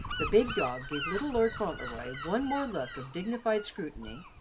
the big dog gave little lord fauntleroy one more look of dignified scrutiny,